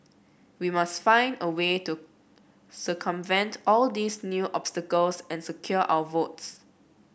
we must find a way to circumvent all these new obstacles and secure our votes